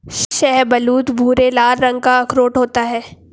शाहबलूत भूरे लाल रंग का अखरोट होता है